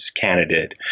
candidate